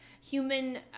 human